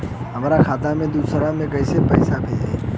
हमरा खाता से दूसरा में कैसे पैसा भेजाई?